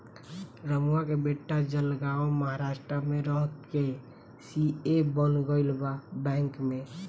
रमुआ के बेटा जलगांव महाराष्ट्र में रह के सी.ए बन गईल बा बैंक में